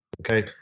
Okay